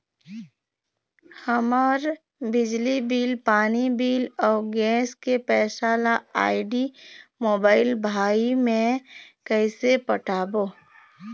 हमर बिजली बिल, पानी बिल, अऊ गैस के पैसा ला आईडी, मोबाइल, भाई मे कइसे पटाबो?